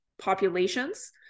populations